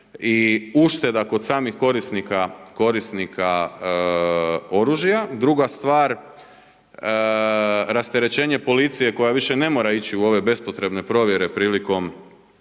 i ušteda kod samih korisnika oružja. Druga stvar rasterećenje policije koja više ne mora ići u ove bespotrebne provjere priliko